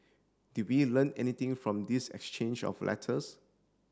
did we learn anything from this exchange of letters